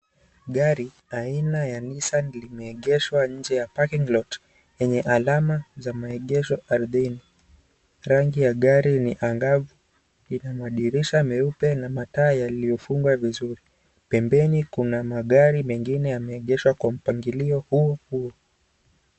Gari aina ya nissan limeegeshwa nje ya parking lot yenye alama za maegesho ardhini. Rangi ya gari ni angavu. Ina madirisha meupe na mataa yaliyofungwa vizuri. Pembeni kuna magari mengine yameegeshwa kwa mpangilio huo huo.